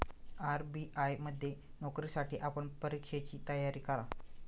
RBI मध्ये नोकरीसाठी आपण परीक्षेची तयारी करा